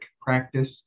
practice